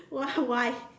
what why